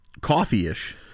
coffee-ish